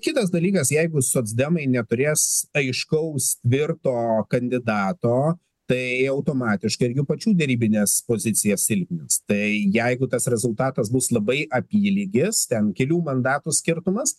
kitas dalykas jeigu socdemai neturės aiškaus tvirto kandidato tai automatiškai ir jų pačių derybines pozicijas silpnins tai jeigu tas rezultatas bus labai apylygis ten kelių mandatų skirtumas